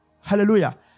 Hallelujah